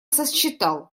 сосчитал